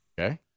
Okay